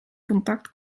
kontakt